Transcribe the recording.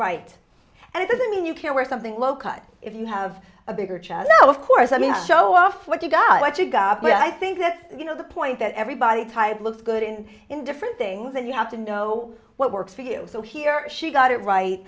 right and it doesn't mean you can't wear something low cut if you have a bigger chance of course i mean show off what you got what you got but i think that you know the point that everybody tried looks good in in different things and you have to know what works for you so he or she got it right